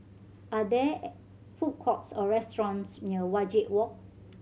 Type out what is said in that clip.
are there food courts or restaurants near Wajek Walk